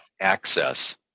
access